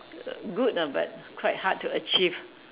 err good ah but quite hard to achieve